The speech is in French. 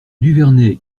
duvernet